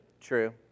True